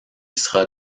sera